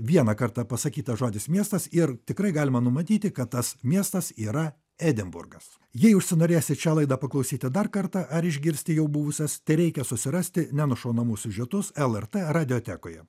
vieną kartą pasakytas žodis miestas ir tikrai galima numatyti kad tas miestas yra edinburgas jei užsinorėsit šią laidą paklausyti dar kartą ar išgirsti jau buvusias tereikia susirasti nenušaunamus siužetus lrt radijotekoje